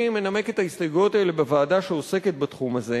אני מנמק את ההסתייגויות האלה בוועדה שעוסקת בתחום הזה.